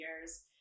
years